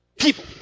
People